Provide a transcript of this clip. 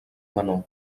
menor